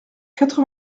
quatre